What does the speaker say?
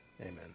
amen